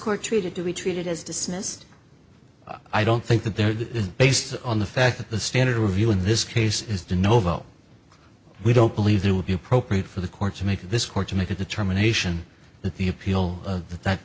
court treated to be treated as dismissed i don't think that there is based on the fact that the standard review in this case is the no vote we don't believe it would be appropriate for the court to make this court to make a determination that the appeal that that